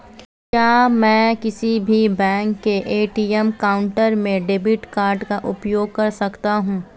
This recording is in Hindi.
क्या मैं किसी भी बैंक के ए.टी.एम काउंटर में डेबिट कार्ड का उपयोग कर सकता हूं?